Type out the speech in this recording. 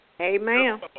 Amen